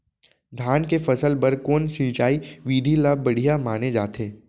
धान के फसल बर कोन सिंचाई विधि ला बढ़िया माने जाथे?